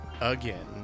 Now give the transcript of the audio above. again